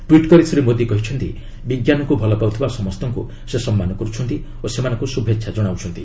tweet କରି ଶ୍ରୀ ମୋଦି କହିଛନ୍ତି ବିଜ୍ଞାନକୁ ଭଲ ପାଉଥିବା ସମସ୍ତଙ୍କୁ ସେ ସମ୍ମାନ କରୁଛନ୍ତି ଓ ସେମାନଙ୍କୁ ଶୁଭେଚ୍ଛା ଜଣାଉଛନ୍ତି